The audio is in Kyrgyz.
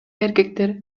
эркектер